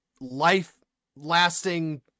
life-lasting